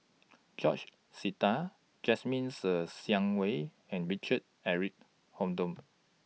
George Sita Jasmine Ser Xiang Wei and Richard Eric Holttum